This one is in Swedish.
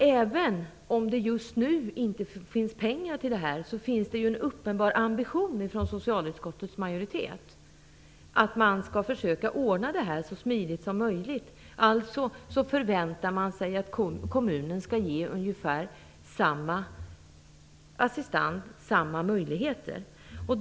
Även om det just nu inte finns pengar finns det hos socialutskottets majoritet en uppenbar ambition att försöka ordna det här så smidigt som möjligt, alltså förväntar man sig att kommunen skall ge ungefär samma assistans, samma möjligheter.